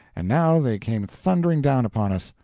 and now they came thundering down upon us.